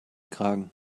kragen